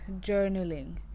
journaling